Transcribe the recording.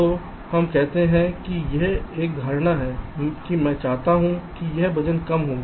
तो हम कहते हैं कि यह एक धारणा है कि मैं चाहता हूं कि यह वजन कम हो